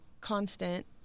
constant